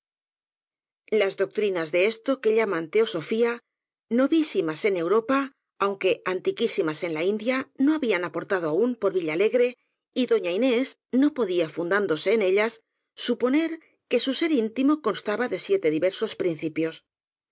las doctrinas de esto que llaman teosofía noví simas en europa aunque antiquísimas en la india no habían aportado aún por villalegre y doña inés no podía fundándose en ellas suponer que su ser íntimo constaba de siete diversos principios